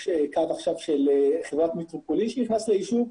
יש קו של חברת מטרופולין שנכנס ליישוב.